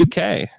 UK